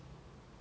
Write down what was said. okay